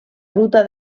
ruta